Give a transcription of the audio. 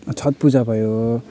छठपूजा भयो